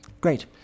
Great